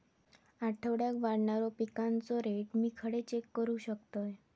आठवड्याक वाढणारो पिकांचो रेट मी खडे चेक करू शकतय?